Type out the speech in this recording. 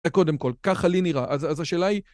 קודם כל, ככה לי נראה. אז השאלה היא...